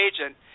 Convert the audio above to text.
agent